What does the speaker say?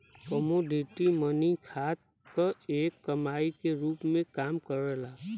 commodity money खात क एक इकाई के रूप में काम करला